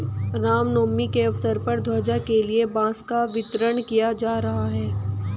राम नवमी के अवसर पर ध्वजा के लिए बांस का वितरण किया जा रहा है